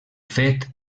fet